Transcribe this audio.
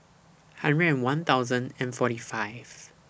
hundred and one thousand and forty five